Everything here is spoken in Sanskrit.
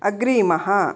अग्रिमः